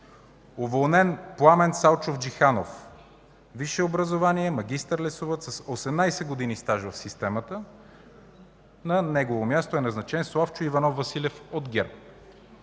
уволнен Пламен Салчов Джиханов, висше образование – магистър-лесовъд, с 18 години стаж в системата, на негово място е назначен Славчо Иванов Василев от ГЕРБ;